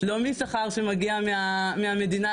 לא משכר שמגיע מהמדינה,